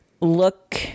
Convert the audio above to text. look